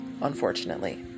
unfortunately